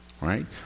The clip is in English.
right